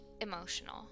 emotional